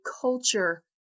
culture